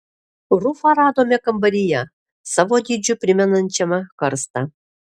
rufą radome kambaryje savo dydžiu primenančiame karstą